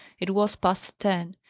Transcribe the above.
it was past ten.